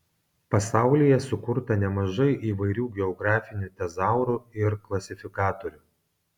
pasaulyje sukurta nemažai įvairių geografinių tezaurų ir klasifikatorių